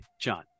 John